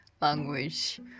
language